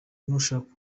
nushaka